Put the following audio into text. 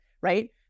right